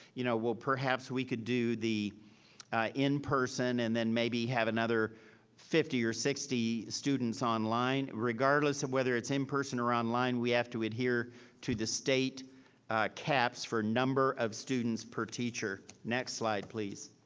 you know, well perhaps we could do the in-person and then maybe have another fifty or sixty students online, regardless of whether it's in-person or online, we have to adhere to the state caps for number of students per teacher. next slide please.